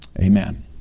amen